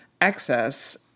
access